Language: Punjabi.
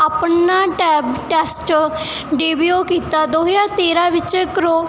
ਆਪਣਾ ਟੈਬ ਟੈਸਟ ਡੇਬੀਓ ਕੀਤਾ ਦੋ ਹਜ਼ਾਰ ਤੇਰਾਂ ਵਿੱਚ ਕਰੋ